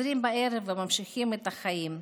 חוזרים בערב וממשיכים את החיים,